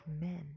men